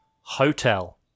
Hotel